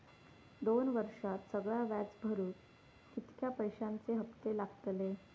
दोन वर्षात सगळा व्याज भरुक कितक्या पैश्यांचे हप्ते लागतले?